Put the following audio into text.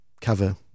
cover